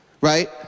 Right